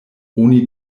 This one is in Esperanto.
oni